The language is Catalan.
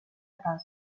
casa